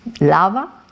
lava